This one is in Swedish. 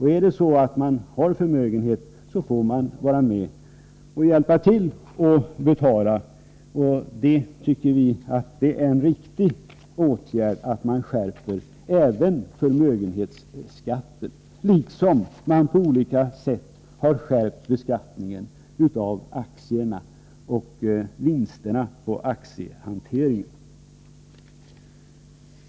Har man då förmögenhet, så får man vara med och hjälpa till att betala. Vi tycker att det är en riktig åtgärd att man skärper även förmögenhetsskatten, liksom att man på olika sätt har skärpt beskattningen av aktier och vinsterna på aktiehanteringen.